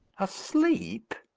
asleep?